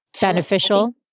beneficial